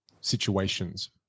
situations